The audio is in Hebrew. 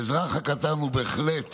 האזרח הקטן הוא בהחלט